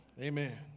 Amen